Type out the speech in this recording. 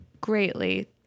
greatly